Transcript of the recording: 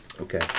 Okay